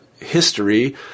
history